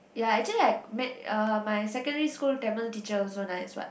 ya actually I met uh my secondary school Tamil teacher also nice what